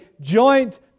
joint